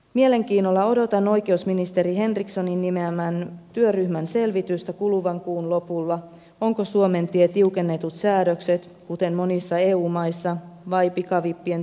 mielenkiinnolla odotan oikeusministeri henrikssonin nimeämän työryhmän selvitystä kuluvan kuun lopulla onko suomen tie tiukennetut säädökset kuten monissa eu maissa vai pikavippien täyskieltäminen